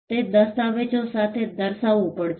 તે દસ્તાવેજો સાથે દર્શાવવું પડશે